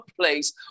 place